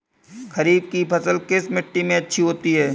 खरीफ की फसल किस मिट्टी में अच्छी होती है?